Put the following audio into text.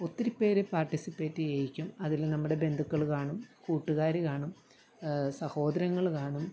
ഒത്തിരി പേർ പാർട്ടിസിപ്പേറ്റ് ചെയ്യിക്കും അതിൽ നമ്മുടെ ബന്ധുക്കൾ കാണും കൂട്ടുകാർ കാണും സഹോദരങ്ങൾ കാണും